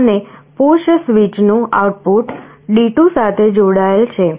અને પુશ સ્વીચનું output D2 સાથે જોડાયેલ છે